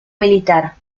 militar